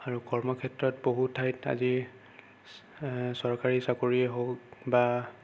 আৰু কৰ্ম ক্ষেত্ৰত বহুত ঠাইত আজি চৰকাৰী চাকৰিয়ে হওক বা